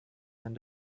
wenn